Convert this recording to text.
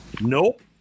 nope